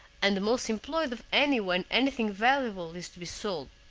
and the most employed of any when anything valuable is to be sold.